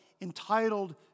entitled